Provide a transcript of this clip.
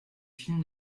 film